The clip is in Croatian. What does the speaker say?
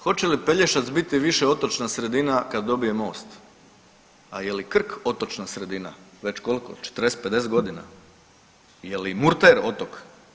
Hoće li Pelješac biti više otočna sredina kad dobije most, a je li Krk otočna sredina već koliko 40, 50 godina, je li Murter otok?